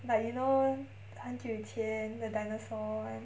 like you know 很久以前 the dinosaur one